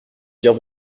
dire